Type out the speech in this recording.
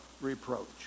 reproach